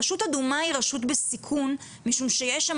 רשות אדומה היא רשות בסיכון משום שיש שם